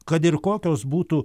kad ir kokios būtų